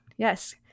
Yes